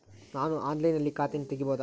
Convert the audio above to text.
ನಾನು ಆನ್ಲೈನಿನಲ್ಲಿ ಖಾತೆಯನ್ನ ತೆಗೆಯಬಹುದಾ?